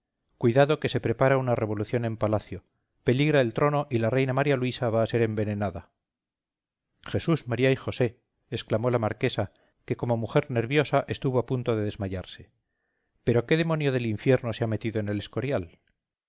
cuidado que se prepara una revolución en palacio peligra el trono y la reina maría luisa va a ser envenenada jesús maría y josé exclamó la marquesa que como mujer nerviosa estuvo a punto de desmayarse pero qué demonio del infierno se ha metido en el escorial